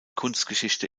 kunstgeschichte